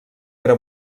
era